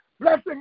Blessing